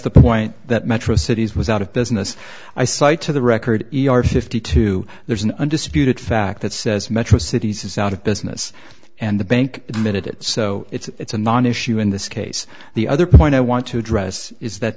the point that metro cities was out of business i cite to the record e r fifty two there's an undisputed fact that says metro cities is out of business and the bank admitted it so it's a non issue in this case the other point i want to address is that